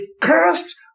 Cursed